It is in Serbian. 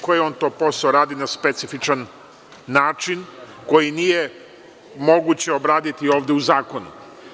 Koji on to posao radi na specifičan način koji nije moguće obraditi ovde u zakonu?